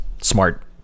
smart